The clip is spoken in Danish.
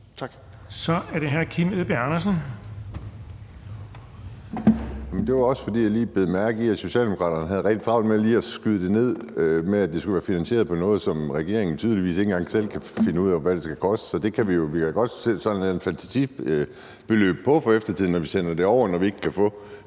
Så er det hr. Kim Edberg Andersen. Kl. 15:40 Kim Edberg Andersen (DD): Jeg bed også mærke i, at Socialdemokraterne havde rigtig travlt med lige at skyde det ned med, at det skulle være finansieret, når regeringen tydeligvis ikke engang selv kan finde ud af, hvad det skal koste. Vi kan da godt sætte sådan et eller andet fantasibeløb på for eftertiden, når vi sender det over, når vi ikke kan få